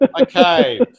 Okay